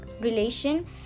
relation